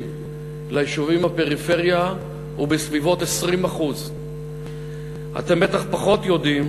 ליישובים בפריפריה הוא בסביבות 20%. אתם בטח פחות יודעים